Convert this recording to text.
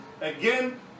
Again